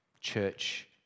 church